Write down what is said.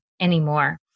anymore